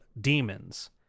Demons